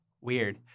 Weird